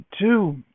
two